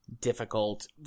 difficult